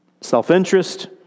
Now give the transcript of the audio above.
Self-interest